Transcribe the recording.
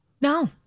No